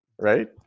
Right